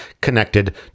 connected